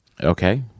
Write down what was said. Okay